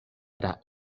tra